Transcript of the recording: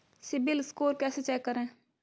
CIBIL score कैसे check करें?